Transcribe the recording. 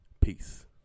Peace